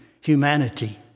humanity